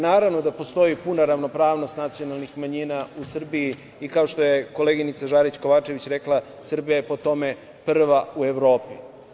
Naravno da postoji puna ravnopravnost nacionalnih manjina u Srbiji i kao što je koleginica Žarić Kovačević rekla – Srbija je po tome prva u Evropi.